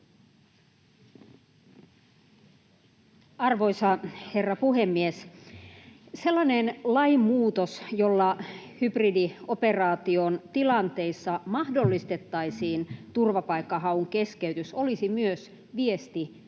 Arvoisa herra puhemies! Sellainen lainmuutos, jolla hybridioperaation tilanteissa mahdollistettaisiin turvapaikan haun keskeytys, olisi myös viesti